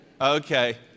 Okay